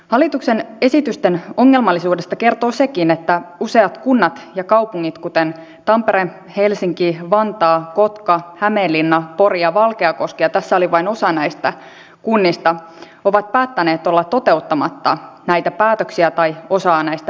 hallituksen esitysten ongelmallisuudesta kertoo sekin että useat kunnat ja kaupungit kuten tampere helsinki vantaa kotka hämeenlinna pori ja valkeakoski ja tässä oli vain osa näistä kunnista ovat päättäneet olla toteuttamatta näitä päätöksiä tai osaa näistä päätöksistä